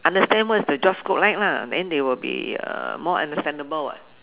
understand what is the job scope like lah then they will be uh more understandable [what]